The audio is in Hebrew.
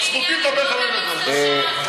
זכותי לדבר, אלי,